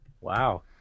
Wow